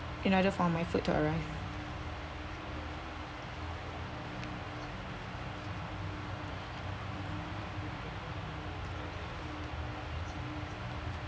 in order for my food to arrive